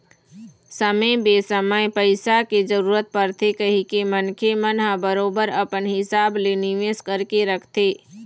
समे बेसमय पइसा के जरूरत परथे कहिके मनखे मन ह बरोबर अपन हिसाब ले निवेश करके रखथे